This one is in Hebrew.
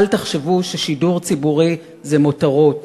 "אל תחשבו ששידור ציבורי זה מותרות,